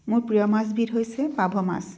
মোৰ প্ৰিয় মাছবিধ হৈছে পাভ মাছ